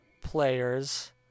player's